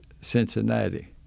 Cincinnati